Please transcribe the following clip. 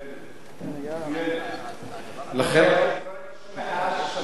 לא ראיתי שום מחאה, השופט,